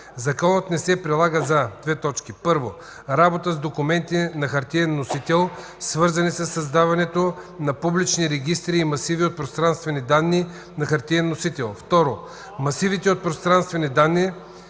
Законът не се прилага за: 1. работа с документи на хартиен носител, свързани със създаването на публични регистри и масиви от пространствени данни на хартиен носител; 2. масивите от пространствени данни,